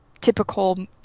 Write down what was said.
Typical